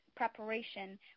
preparation